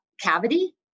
Cavity